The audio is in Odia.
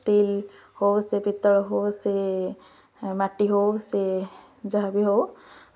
ଷ୍ଟିଲ୍ ହଉ ସେ ପିତ୍ତଳ ହଉ ସେ ମାଟି ହଉ ସେ ଯାହା ବି ହଉ